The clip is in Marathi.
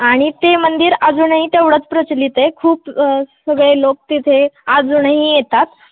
आणि ते मंदिर अजूनही तेवढंच प्रचलित आहे खूप सगळे लोक तिथे अजूनही येतात